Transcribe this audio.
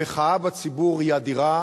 המחאה בציבור היא אדירה,